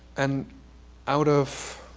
and out of